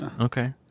Okay